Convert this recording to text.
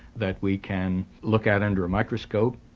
that we can look at under a microscope.